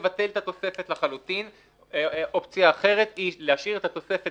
לבטל את התוספת לחלוטין; אופציה אחרת היא להשאיר את התוספת